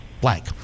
blank